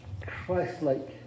Christ-like